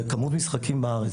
וכמות משחקים בארץ.